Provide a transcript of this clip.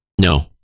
No